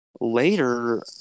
later